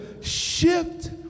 shift